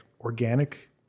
organic